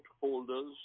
holders